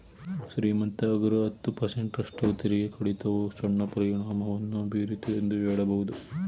ಶ್ರೀಮಂತ ಅಗ್ರ ಹತ್ತು ಪರ್ಸೆಂಟ್ ರಷ್ಟು ತೆರಿಗೆ ಕಡಿತವು ಸಣ್ಣ ಪರಿಣಾಮವನ್ನು ಬೀರಿತು ಎಂದು ಹೇಳಬಹುದು